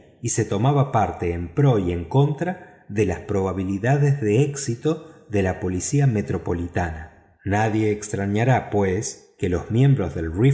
y se tomaba parte en pro y en contra de las probabilidades de éxito en la policía metropolitana nadie extrañará pues que los miembros del